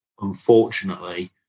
unfortunately